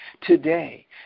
today